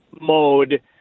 mode